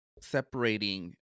separating